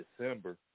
December